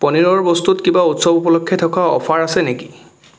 পনীৰৰ বস্তুত কিবা উৎসৱ উপলক্ষে থকা অফাৰ আছে নেকি